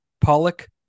Pollock